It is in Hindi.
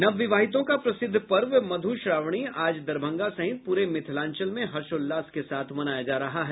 नवविवाहिताओं का प्रसिद्ध पर्व मधुश्रावणी आज दरभंगा सहित पूरे मिथिलांचल में हर्षोल्लास के साथ मनाया जा रहा है